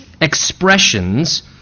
expressions